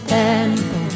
tempo